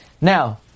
Now